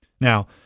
Now